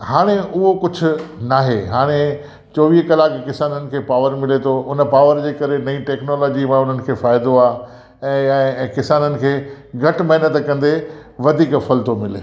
हाणे उहो कुझु न आहे हाणे चोवीह कलाक किसाननि खे पावर मिले थो उन पावर जे करे नई टैक्नोलॉजी में उन्हनि खे फायदो आ ऐं किसाननि खे घटि महिनत कंदे वधीक फल थो मिले